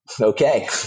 okay